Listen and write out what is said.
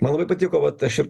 man labai patiko vat aš ir